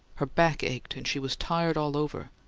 her back ached, and she was tired all over,